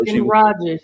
Rodgers